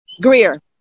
Greer